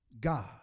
God